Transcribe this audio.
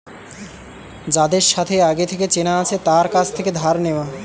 যাদের সাথে আগে থেকে চেনা আছে তার কাছ থেকে ধার নেওয়া